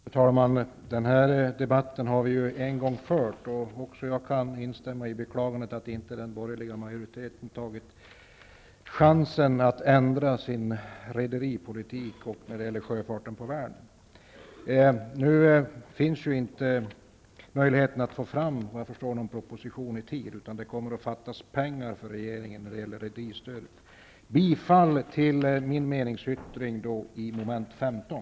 Fru talman! Denna debatt har vi fört en gång förut. Även jag kan instämma i beklagandet att inte den borgerliga majoriteten tagit chansen att ändra sin rederipolitik och sin inställning till sjöfarten på Vänern. Nu finns inte, såvitt jag förstår, möjligheten att få fram någon proposition i tid, utan det kommer att fattas pengar för regeringen när det gäller rederistödet. Jag yrkar bifall till min meningsyttring i mom. 15.